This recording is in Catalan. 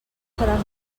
seràs